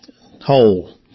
whole